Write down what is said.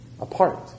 apart